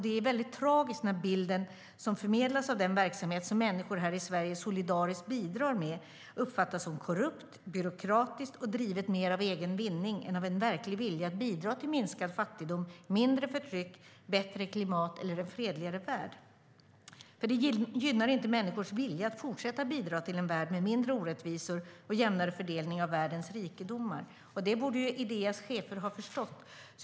Det är mycket tragiskt när den verksamhet som människor i Sverige solidariskt bidrar till uppfattas som korrupt, byråkratisk och drivet mer av egen vinning än av en verklig vilja att bidra till minskad fattigdom, mindre förtryck, bättre klimat eller en fredligare värld. Det gynnar inte människors vilja att fortsätta bidra till en värld med mindre orättvisor och jämnare fördelning av världens rikedomar, och det borde ju Ideas chefer ha förstått.